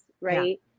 right